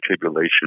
tribulation